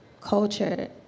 culture